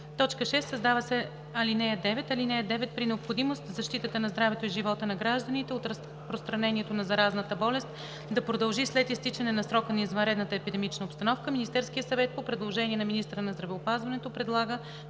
6. Създава се ал. 9: „(9) При необходимост, защитата на здравето и живота на гражданите от разпространението на заразната болест да продължи след изтичане на срока на извънредната епидемична обстановка Министерският съвет по предложение на министъра на здравеопазването предлага